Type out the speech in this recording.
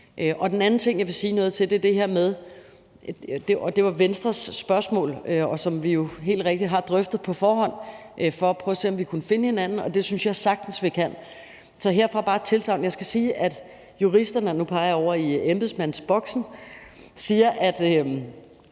Den anden ting, jeg vil sige noget til, er i forhold til Venstres spørgsmål. Og vi har jo helt rigtigt drøftet det på forhånd for at prøve at se, om vi kunne finde hinanden. Det synes jeg sagtens vi kan. Så herfra bare et tilsagn. Jeg skal sige, at juristerne – nu peger jeg over mod embedsmandsboksen – siger, at